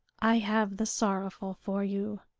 i have the sorrowful for you,